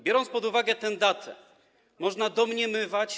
Biorąc pod uwagę tę datę, można domniemywać.